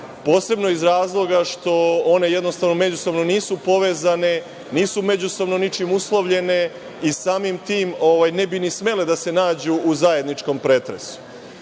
posebno iz razloga što one jednostavno međusobno nisu povezane, nisu međusobno ničim uslovljene i samim tim ne bi ni smele da se nađu u zajedničkom pretresu. Posebno